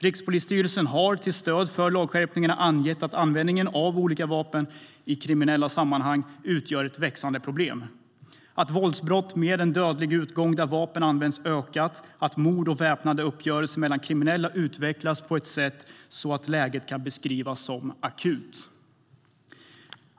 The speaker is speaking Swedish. Rikspolisstyrelsen har till stöd för lagskärpningarna angett att användningen av olika vapen i kriminella sammanhang utgör ett växande problem. Våldsbrott med dödlig utgång där vapen använts har ökat, och mord och väpnade uppgörelser mellan kriminella har utvecklats på ett sätt så att läget kan beskrivas som akut.